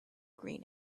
green